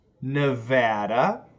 Nevada